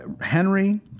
Henry